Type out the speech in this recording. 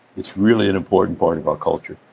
it's really an important part of our culture.